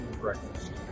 breakfast